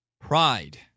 pride